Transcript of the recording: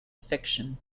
fiction